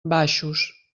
baixos